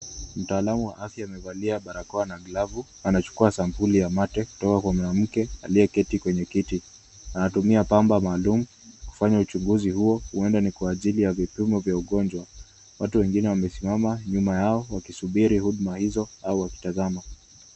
Mtaalamu wa afya amevalia barakoa na glavu, anachukua sampuli ya mate kutoka kwa mwanamke aliyeketi kwenye kiti. Anatumia pamba maalum kufanya uchunguzi huo, huenda ni kwa ajili ya vipimo vya ugonjwa. Watu wengine wamesimama nyuma yao wakisubiri huduma hizo au wakitazama.